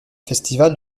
festival